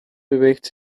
beweegt